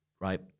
Right